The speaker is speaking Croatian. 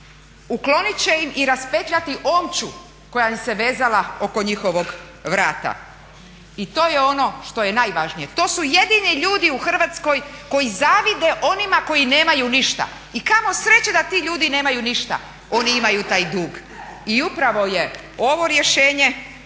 Ukloniti će im i raspetljati omču koja im se vezala oko njihovog vrata. I to je ono što je najvažnije. To su jedini ljudi u Hrvatskoj koji zavide onima koji nemaju ništa. I kamo sreće da ti ljudi nemaju ništa, oni imaju taj dug. I upravo je ovo rješenje,